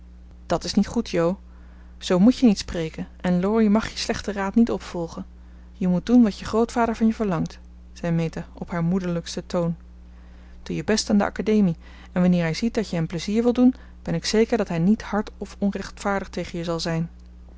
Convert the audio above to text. dat is niet goed jo zoo moet je niet spreken en laurie mag je slechten raad niet opvolgen je moet doen wat je grootvader van je verlangt zei meta op haar moederlijksten toon doe je best aan de academie en wanneer hij ziet dat je hem plezier wilt doen ben ik zeker dat hij niet hard of onrechtvaardig tegen je zal zijn